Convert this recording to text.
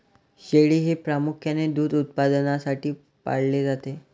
शेळी हे प्रामुख्याने दूध उत्पादनासाठी पाळले जाते